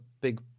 big